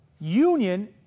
Union